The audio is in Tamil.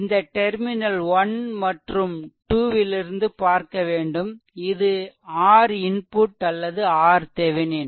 இந்த டெர்மினல் 1 மற்றும் 2 லிருந்து பார்க்கவேண்டும் இது R input அல்லது RThevenin